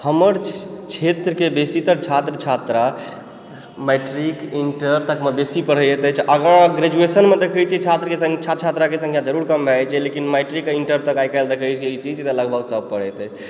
हमर क्षेत्रके बेसीतर छात्र छात्रा मैट्रिक इण्टर तकमे बेसी पढ़ैया तऽ तै सँ आगाँ ग्रेजुएशनमे देखै छी छात्रके सँख्या छात्र छात्रके सँख्या जरुर कम भए जाइ छै लेकिन मैट्रिक आ इण्टर आइकाल्हि देखी छी जे तऽ लगभग सब पढ़ैत अछि